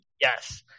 Yes